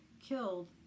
killed